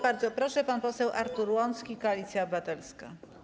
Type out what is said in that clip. Bardzo proszę, pan poseł Artur Łącki, Koalicja Obywatelska.